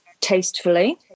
tastefully